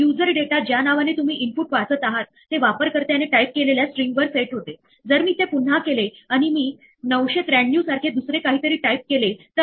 यालाच run time errors असे म्हणतात या एरर प्रोग्राम रन होत असताना येतात आणि इथे पुन्हा आपण या एररस बघितल्या आणि त्या काही निदानविषयक माहिती घेऊन आल्या आहेत